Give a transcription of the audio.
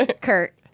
Kurt